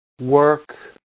work